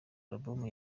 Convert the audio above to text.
album